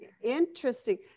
Interesting